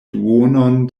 duonon